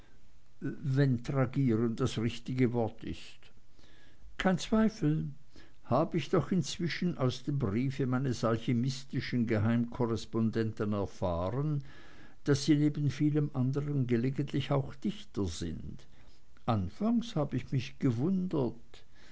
wenn tragieren das richtige wort ist kein zweifel hab ich doch inzwischen aus dem brief meines alchimistischen geheimkorrespondenten erfahren daß sie neben vielem anderen gelegentlich auch dichter sind anfangs habe ich mich gewundert